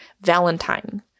Valentine